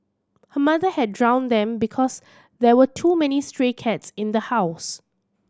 her mother had drowned them because there were too many stray cats in the house